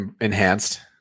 enhanced